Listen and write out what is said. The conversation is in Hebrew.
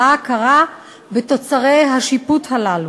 אלא הכרה בתוצרי השיפוט הללו.